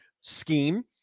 scheme